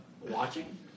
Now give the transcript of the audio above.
watching